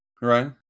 right